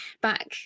back